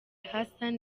hassan